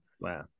Wow